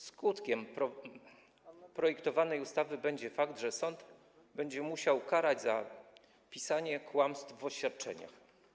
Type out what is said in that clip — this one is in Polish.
Skutkiem projektowanej ustawy będzie fakt, że sąd będzie musiał karać za pisanie kłamstw w oświadczeniach.